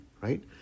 right